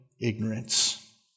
ignorance